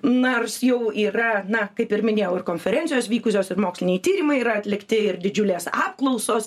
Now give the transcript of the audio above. nors jau yra na kaip ir minėjau ir konferencijos vykusios ir moksliniai tyrimai yra atlikti ir didžiulės apklausos